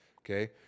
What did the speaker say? Okay